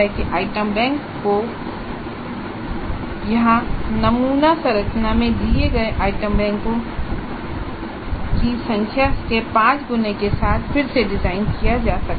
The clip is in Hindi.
आइटम बैंकों को यहां नमूना संरचना में दिए गए आइटमों की संख्या के पांच गुना के साथ फिर से डिजाइन किया जा सकता है